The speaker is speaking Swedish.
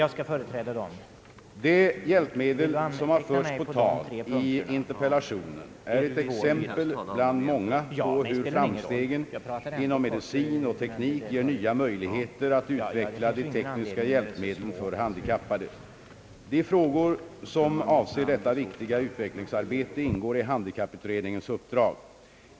Det hjälpmedel som har förts på tal i interpellationen är ett exempel bland många på hur framstegen inom medicin och teknik ger nya möjligheter att utveckla de tekniska hjälpmedlen för handikappade. De frågor som avser detta viktiga utvecklingsarbete ingår i handikapputredningens uppdrag.